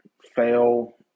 fail